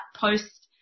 post-